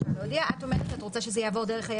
את אומרת שאת רוצה שזה יעבור דרך היק"ר?